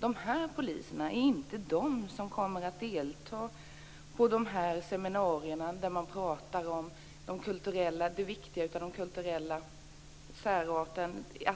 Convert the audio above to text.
Det är inte de här poliserna som kommer att delta i seminarierna där man pratar om det viktiga med den kulturella särarten och